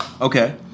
Okay